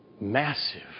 massive